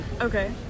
Okay